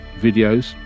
videos